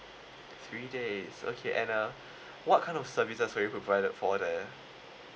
three days okay and uh what kind of services were you provided for there